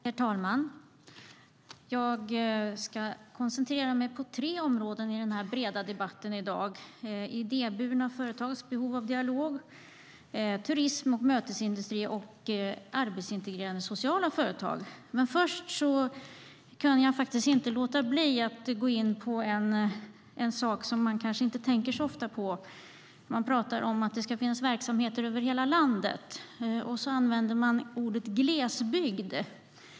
Herr talman! Jag ska koncentrera mig på tre områden i denna breda debatt i dag, nämligen idéburna företags behov av dialog, turism och mötesindustri och arbetsintegrerande sociala företag. Men jag kan inte låta bli att först gå in på en sak som man kanske inte tänker så ofta på. Man pratar om att det ska finnas verksamheter över hela landet och använder ordet glesbygd.